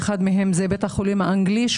ואחד מהם זה בית החולים האנגלי בנצרת,